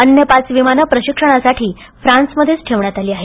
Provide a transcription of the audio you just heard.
अन्य पाच विमानं प्रशिक्षणासाठी फ्रान्समध्येच ठेवण्यात आली आहेत